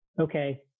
okay